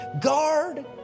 Guard